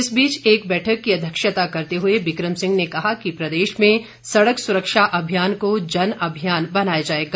इस बीच एक बैठक की अध्यक्षता करते हुए बिकम सिंह ने कहा कि प्रदेश में सड़क सुरक्षा अभियान को जनअभियान बनाया जाएगा